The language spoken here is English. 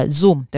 Zoom